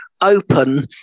open